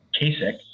Kasich